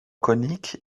conique